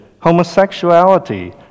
homosexuality